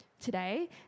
today